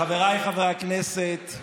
חבריי חברי הכנסת,